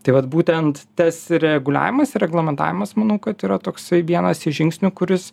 tai vat būtent tas reguliavimas ir reglamentavimas manau kad yra toksai vienas iš žingsnių kuris